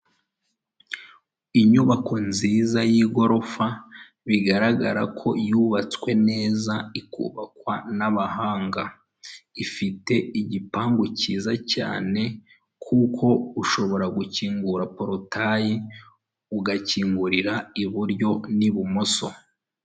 Inyubako nziza y'igorofa bigaragara ko yubatswe neza ikubakwa n'abahanga, ifite igipangu cyiza cyane, kuko ushobora gukingura porotayi, ugakingurira iburyo n'ibumoso.